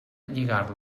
lligar